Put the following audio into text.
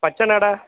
பச்சைநாடா